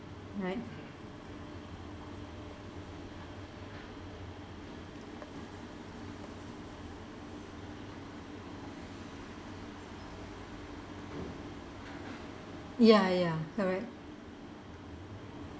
right ya ya correct